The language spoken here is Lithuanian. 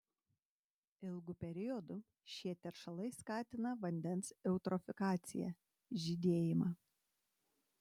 ilgu periodu šie teršalai skatina vandens eutrofikaciją žydėjimą